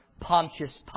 Pontius